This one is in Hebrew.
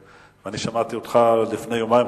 אני שמעתי אותך לפני יומיים,